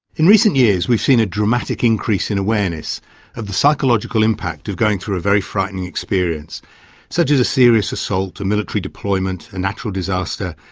in recent years we've seen a dramatic increase in awareness of the psychological impact of going through a very frightening experience such as a serious assault, a military deployment, a natural disaster,